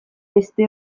beste